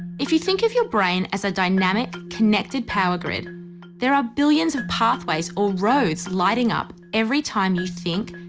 if you think of your brain as a dynamic, connected power grid there are billions of pathways, or roads, lighting up every time you think,